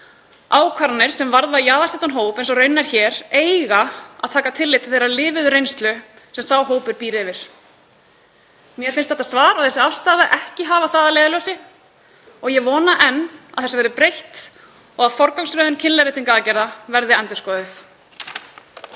Ákvarðanir sem varða jaðarsettan hóp, eins og raunin er hér, eiga að taka tillit til þeirrar lifuðu reynslu sem sá hópur býr yfir. Mér finnst þetta svar og þessi afstaða ekki hafa það að leiðarljósi. Ég vona enn að því verði breytt og að forgangsröðun kynleiðréttingaraðgerða verði endurskoðuð.